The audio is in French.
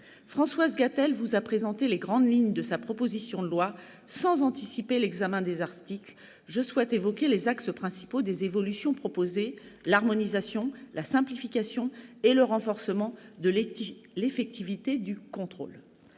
Françoise Gatel vous a présenté les grandes lignes de sa proposition de loi. Sans anticiper l'examen des articles, je souhaite évoquer les axes principaux des évolutions proposées : l'harmonisation et la simplification, d'une part, le renforcement de l'effectivité du contrôle,